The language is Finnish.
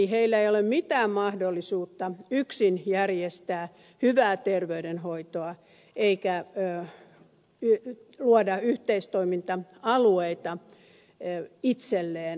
niillä ei ole mitään mahdollisuutta yksin järjestää hyvää terveydenhoitoa eikä luoda yhteistoiminta alueita itselleen